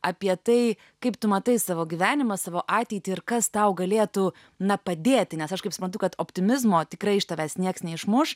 apie tai kaip tu matai savo gyvenimą savo ateitį ir kas tau galėtų na padėti nes aš kaip suprantu kad optimizmo tikrai iš tavęs nieks neišmuš